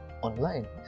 online